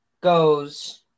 goes